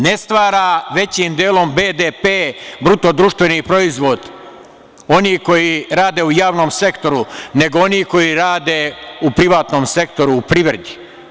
Ne stvara većim delom BDP oni koji rade u javnom sektoru, nego oni koji rade u privatnom sektoru, u privredi.